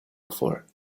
before